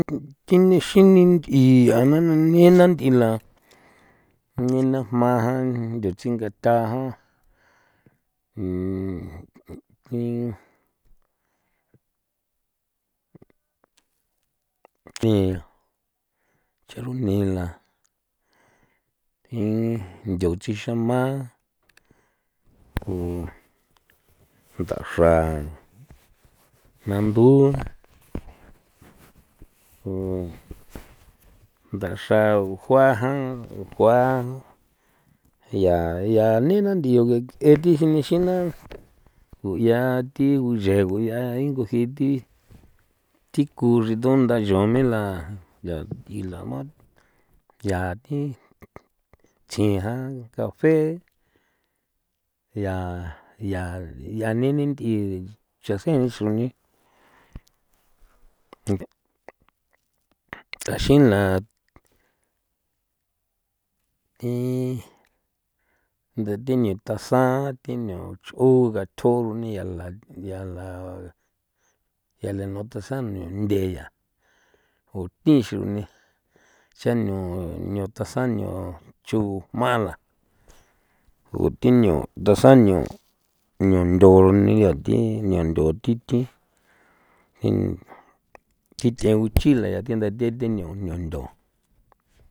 thi nixi ni nthi'i a na na nena nt'ila nena jma jan ndutsinga ta jan ni cheru ni la ntho chi xama ko ndaxra jna ndu ku ndaxra gujua jan gujua ya ya nena nth'iu thi jinexin na ngu yaa thi gunche nguya ingu jii thi thi ku ridunda ncho'o ne la yaa nth'i la chjin jan café ya ya ne'e ni nthi'i chjan seen ni chujni thjaxin la thi nda thi ni tasan jan thinu nch'u gathjo runi ya la ya la yaa la nu tasano nde yaa o thi chujni chan nio nio tasan nio cho jma la o thi nio tasan nio nio ntho ni yaa thi nio ntho thi thi thi tjen uchile yaa thi ntha tete nio nio ntho.